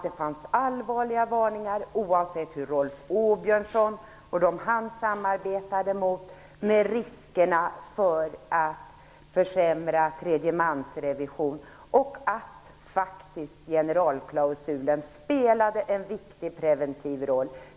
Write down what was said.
Det fanns allvarliga varningar, oavsett vad Rolf Åbjörnsson och de han samarbetade med anser, för riskerna för en försämrad tredjemansrevision. Generalklausulen spelade faktiskt en viktig preventiv roll.